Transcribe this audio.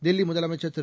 தில்லி முதலமைச்சர் திரு